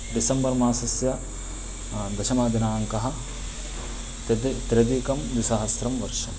December मासस्य दशमदिनाङ्कः त्र्यदि त्र्यधिक द्विसहस्रं वर्षम्